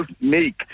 make